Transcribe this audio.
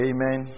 Amen